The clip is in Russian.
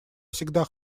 всегда